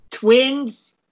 Twins